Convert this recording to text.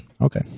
Okay